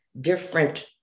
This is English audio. different